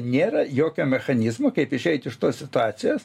nėra jokio mechanizmo kaip išeit iš tos situacijos